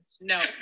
No